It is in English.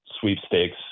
sweepstakes